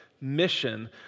mission